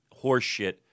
horseshit